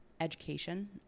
education